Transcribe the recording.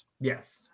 Yes